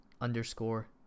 underscore